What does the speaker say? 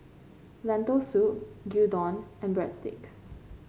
Lentil Soup Gyudon and Breadsticks